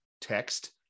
text